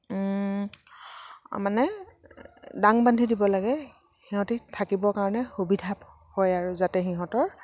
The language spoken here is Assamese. মানে দাং বান্ধি দিব লাগে সিহঁতে থাকিবৰ কাৰণে সুবিধা হয় আৰু যাতে সিহঁতৰ